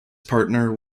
partner